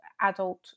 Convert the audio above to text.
adult